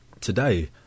today